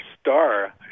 star